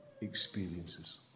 Experiences